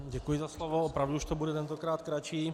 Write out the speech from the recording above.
Děkuji za slovo, opravdu to už bude tentokrát kratší.